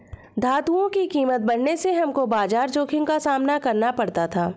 धातुओं की कीमत बढ़ने से हमको बाजार जोखिम का सामना करना पड़ा था